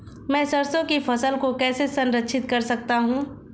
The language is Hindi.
मैं सरसों की फसल को कैसे संरक्षित कर सकता हूँ?